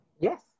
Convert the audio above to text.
Yes